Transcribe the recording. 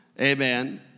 amen